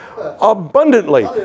abundantly